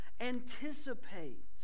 Anticipate